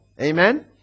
Amen